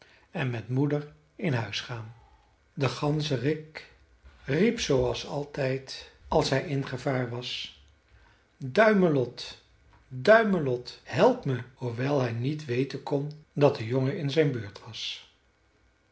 en met moeder in huis gaan de ganzerik riep zooals altijd als hij in gevaar was duimelot duimelot help me hoewel hij niet weten kon dat de jongen in zijn buurt was